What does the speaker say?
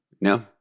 No